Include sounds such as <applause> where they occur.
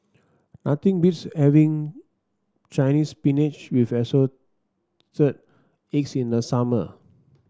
nothing beats having Chinese Spinach with <unintelligible> eggs in the summer